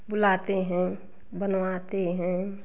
बुलाते हैं बनवाते हैं